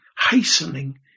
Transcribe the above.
Hastening